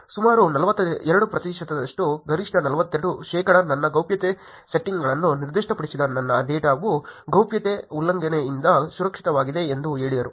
ಸುಮಾರು 42 ಪ್ರತಿಶತ ಗರಿಷ್ಠ 42 ಶೇಕಡಾ ನನ್ನ ಗೌಪ್ಯತೆ ಸೆಟ್ಟಿಂಗ್ಗಳನ್ನು ನಿರ್ದಿಷ್ಟಪಡಿಸಿದ ನನ್ನ ಡೇಟಾವು ಗೌಪ್ಯತೆ ಉಲ್ಲಂಘನೆಯಿಂದ ಸುರಕ್ಷಿತವಾಗಿದೆ ಎಂದು ಹೇಳಿದರು